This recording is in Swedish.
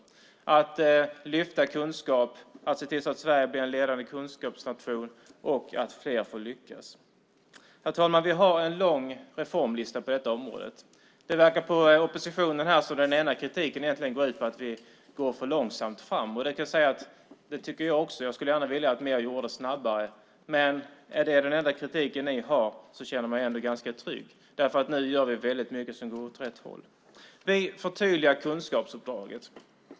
Det handlar om att lyfta fram kunskap, att se till att Sverige blir en ledande kunskapsnation och att fler får lyckas. Herr talman! Vi har en lång reformlista på detta område. Det verkar på oppositionen som att kritiken egentligen går ut på att vi går för långsamt fram. Det tycker jag också. Jag skulle gärna vilja att det gjordes snabbare. Men är det den enda kritiken ni har känner jag mig ändå ganska trygg. Nu gör vi rätt mycket som går åt rätt håll. Vi förtydligar kunskapsuppdraget.